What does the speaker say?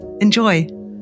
Enjoy